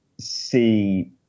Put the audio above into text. see